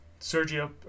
Sergio